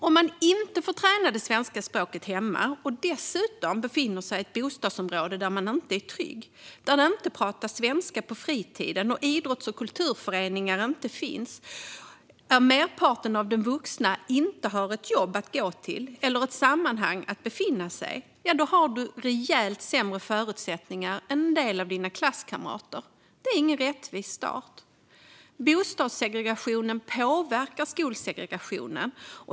Om man inte får träna svenska språket hemma och dessutom befinner sig i ett bostadsområde där man inte är trygg, där det inte pratas svenska på fritiden, där idrotts och kulturföreningar inte finns och där merparten av de vuxna inte har ett jobb att gå till eller ett sammanhang att befinna sig i har man rejält sämre förutsättningar än en del av klasskamraterna. Det är ingen rättvis start. Bostadssegregationen påverkar skolsegregationen.